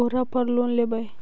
ओरापर लोन लेवै?